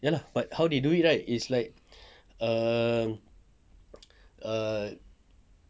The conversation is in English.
ya lah but how they do it right is like err err